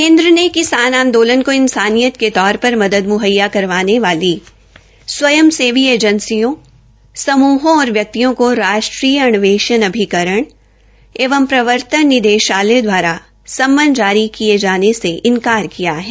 केन्द्र ने किसान आंदाजन का इंसानियत के तौर पर मदद मुहैया करवाने वाली स्वयं सेवी एजेसियों समुहों और व्यक्तियों क्ष राष्ट्रीय अन्वेषण अभिकरण एवं प्रवर्तन निदेशालय दवारा सम्मन जारी किये जाने से इन्कार किया है